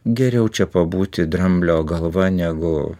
geriau čia pabūti dramblio galva negu